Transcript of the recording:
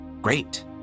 great